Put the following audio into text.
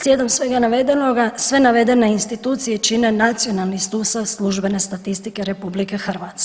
Slijedom svega navedenoga sve navedene institucije čine nacionalni sustav službene statistike RH.